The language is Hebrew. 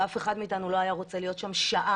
ואף אחד מאתנו לא היה רוצה להיות שם שעה.